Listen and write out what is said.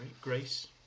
grace